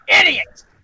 idiot